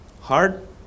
hard